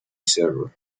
server